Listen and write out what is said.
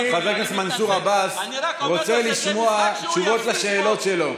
חבר הכנסת מנסור עבאס רוצה לשמוע תשובות על השאלות שלו.